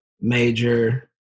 major